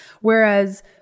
Whereas